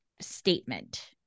statement